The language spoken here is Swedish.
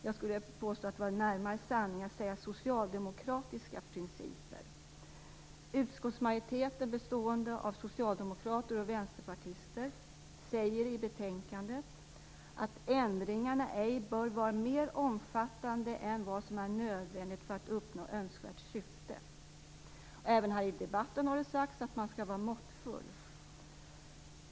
Jag skulle vilja påstå att det vore närmare sanningen att säga socialdemokratiska principer. Utskottsmajoriteten, bestående av socialdemokrater och vänsterpartister, säger i betänkandet att ändringarna ej bör vara mer omfattande än vad som är nödvändigt för att uppnå önskvärt syfte. Även här i debatten har det sagts att man skall vara måttfull.